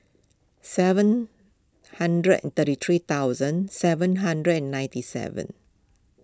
seven hundred and thirty three thousand seven hundred and ninety seven